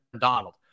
Donald